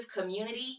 community